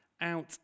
out